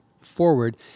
forward